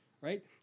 Right